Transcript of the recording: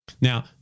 Now